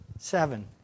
Seven